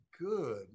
Good